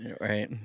Right